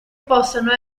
possano